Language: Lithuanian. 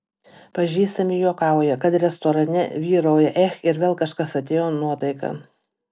pažįstami juokauja kad restorane vyrauja ech ir vėl kažkas atėjo nuotaika